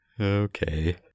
Okay